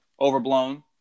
overblown